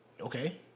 Okay